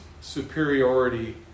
superiority